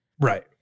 Right